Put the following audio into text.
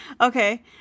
okay